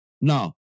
No